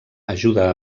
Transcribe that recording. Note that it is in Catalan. ajuda